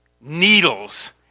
needles